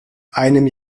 einem